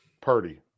Purdy